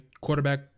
quarterback